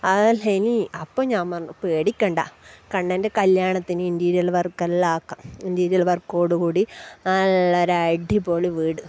ആ ഇനി അപ്പം ഞാൻ പറഞ്ഞു പേടിക്കേണ്ട കണ്ണൻ്റെ കല്യാണത്തിന് ഇൻറ്റീരിയൽ വർക്കെല്ലാം ആക്കാം ഇൻറ്റീരിയൽ വർക്കോടു കൂടി നല്ല ഒരു അടിപൊളി വീട്